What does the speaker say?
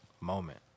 moment